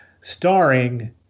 starring